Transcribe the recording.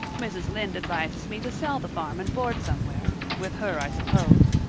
mrs. lynde advises me to sell the farm and board somewhere with her i suppose.